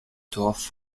dorf